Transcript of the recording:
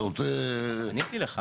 עניתי לך.